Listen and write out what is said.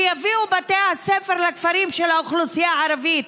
שיביאו בתי ספר לכפרים של האוכלוסייה הערבית,